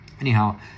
anyhow